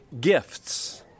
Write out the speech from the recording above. gifts